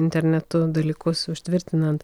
internetu dalykus užtvirtinant